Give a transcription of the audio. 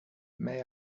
may